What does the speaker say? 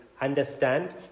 Understand